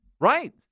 Right